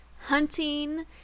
hunting